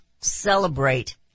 celebrate